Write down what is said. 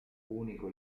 unico